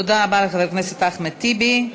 תודה רבה לחבר הכנסת אחמד טיבי.